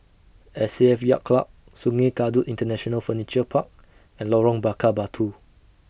S A F Yacht Club Sungei Kadut International Furniture Park and Lorong Bakar Batu